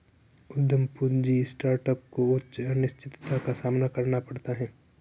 उद्यम पूंजी स्टार्टअप को उच्च अनिश्चितता का सामना करना पड़ता है